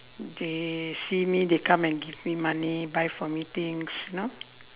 they see me they come and give me money buy for me things you know